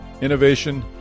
innovation